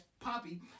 Poppy